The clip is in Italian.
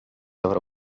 avrò